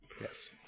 yes